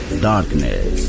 Darkness